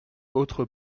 autre